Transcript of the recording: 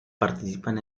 participan